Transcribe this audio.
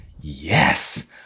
Yes